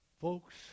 Folks